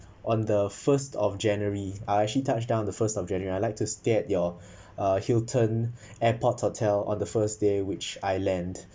on the first of january I actually touched down the first of january I like to stay your uh hilton airport hotel on the first day which I land